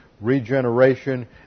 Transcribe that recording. regeneration